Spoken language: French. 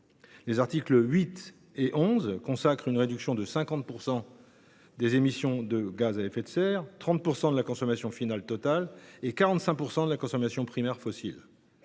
Les articles 8 et 11 consacrent une réduction de 50 % des émissions de GES, de 30 % de la consommation finale totale et de 45 % de la consommation primaire fossile